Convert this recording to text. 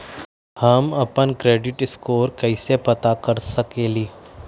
हम अपन credit score कैसे पता कर सकेली?